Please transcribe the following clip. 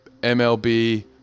MLB